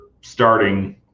starting –